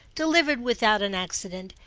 delivered without an accident,